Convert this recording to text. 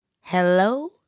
Hello